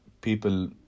people